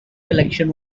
election